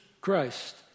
Christ